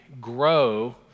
grow